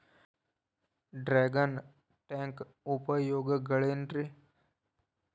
Dragon tank ಉಪಯೋಗಗಳೆನ್ರಿ?